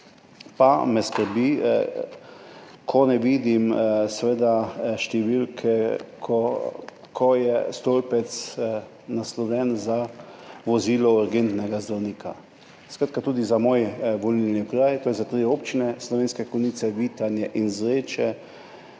pa me skrbi, ker ne vidim številke, kjer je stolpec naslovljen na vozilo urgentnega zdravnika. Skratka, tudi za moj volilni okraj, to je za tri občine – Slovenske Konjice, Vitanje in Zreče,